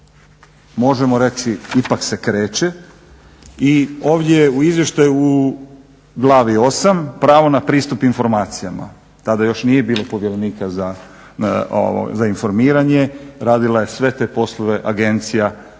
možemo reći ipak se kreće i ovdje u izvještaju u glavi 8 pravo na pristup informacijama, tada još nije bilo povjerenika za informiranje. Radila je sve te poslove agencija.